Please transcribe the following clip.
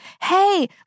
hey